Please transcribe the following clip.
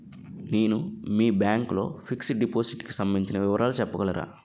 నేను మీ బ్యాంక్ లో ఫిక్సడ్ డెపోసిట్ కు సంబందించిన వివరాలు చెప్పగలరా?